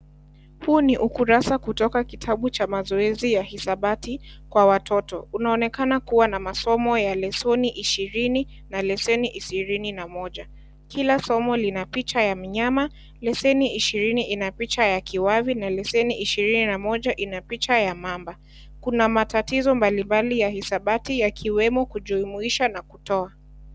Huu ni ukurasa kutoka kitabu cha mazoezi ya hisabati kwa watoto. . Unaonekana kuwa na masomo ya lesoni ishirini na leseni ishirini na moja. Kila somo Lina picha ya mnyama lesoni ishirini ina picha ya kiwavi na lesoni ishirini na moja ina picha ya mamba. kuna matatizo mbalimbali ya hisabati yakiwemo ya kujimuisha na kutoa.